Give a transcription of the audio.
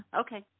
Okay